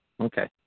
Okay